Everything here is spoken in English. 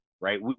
right